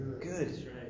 good